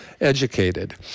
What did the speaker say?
educated